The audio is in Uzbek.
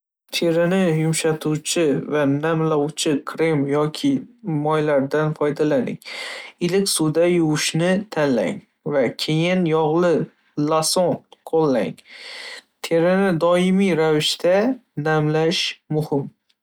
Terini yumshatuvchi va namlovchi krem yoki moylardan foydalaning. Iliq suvda yuvinishni tanlang va keyin yog'li loson qo'llang. Terini doimiy ravishda namlash muhim.